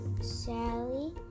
Sally